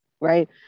right